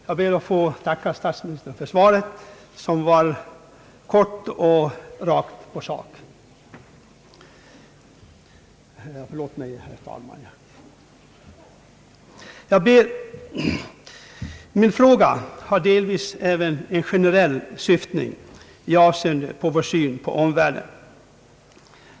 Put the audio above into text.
Herr talman! Jag ber att få tacka statsministern för svaret, som var kort och rakt på sak. Min fråga har delvis även en generell syftning i avseende på vår syn på omvärlden.